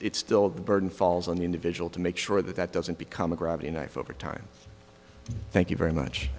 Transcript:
's still the burden falls on the individual to make sure that that doesn't become a grabby knife over time thank you very